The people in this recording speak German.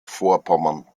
vorpommern